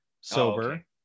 sober